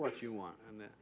what you want and that